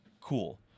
Cool